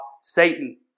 Satan